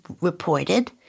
reported